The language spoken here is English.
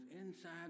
inside